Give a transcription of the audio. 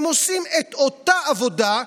הם עושים את אותה עבודה,